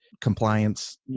compliance